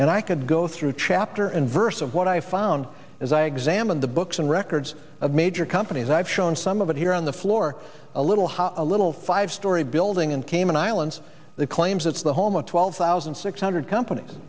and i could go through chapter and verse of what i found as i examined the books and records of major companies i've shown some of it here on the floor a little hot a little five story building and cayman islands the claims it's the home of twelve thousand six hundred companies